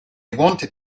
wanted